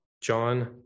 John